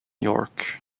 york